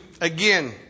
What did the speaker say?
again